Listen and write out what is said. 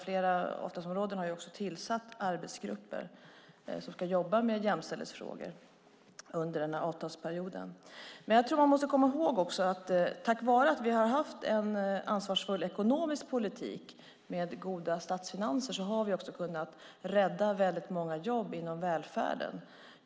Flera avtalsområden har också tillsatt arbetsgrupper som ska jobba med jämställdhetsfrågor under denna avtalsperiod. Men jag tror att man också måste komma ihåg att vi tack vare att vi har haft en ansvarsfull ekonomisk politik med goda statsfinanser också har kunnat rädda väldigt många jobb inom välfärden.